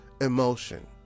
emotion